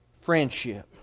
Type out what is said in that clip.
Friendship